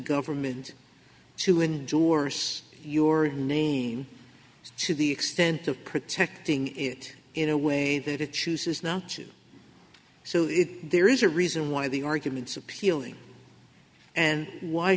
government to ensure your name to the extent of protecting it in a way that it chooses not to so if there is a reason why the arguments appealing and why